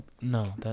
No